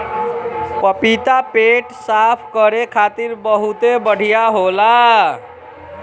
पपीता पेट साफ़ करे खातिर बहुते बढ़िया होला